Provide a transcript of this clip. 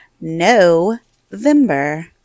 November